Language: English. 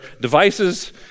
devices